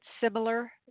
similar